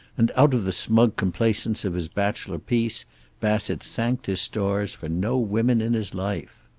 and out of the smug complacence of his bachelor peace bassett thanked his stars for no women in his life.